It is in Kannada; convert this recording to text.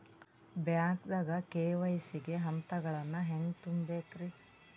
ಬ್ಯಾಂಕ್ದಾಗ ಕೆ.ವೈ.ಸಿ ಗ ಹಂತಗಳನ್ನ ಹೆಂಗ್ ತುಂಬೇಕ್ರಿ?